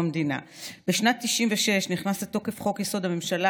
בשנת 1996 נכנס לתוקף חוק-יסוד: הממשלה,